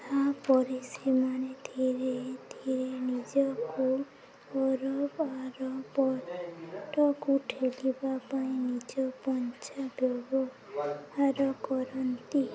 ତା'ପରେ ସେମାନେ ଧୀରେ ଧୀରେ ନିଜକୁ ବରଫ ଆର ପଟକୁ ଠେଲିବା ପାଇଁ ନିଜ ପଞ୍ଝା ବ୍ୟବହାର କରନ୍ତି